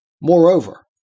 Moreover